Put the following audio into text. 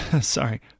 sorry